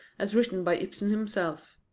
as written by ibsen himself.